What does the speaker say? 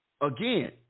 again